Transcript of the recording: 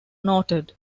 noted